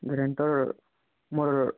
ଭେଣ୍ଟର ମୋର